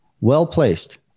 well-placed